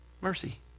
Mercy